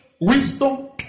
wisdom